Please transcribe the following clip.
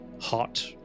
hot